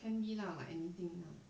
can be lah like anything lah